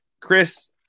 Chris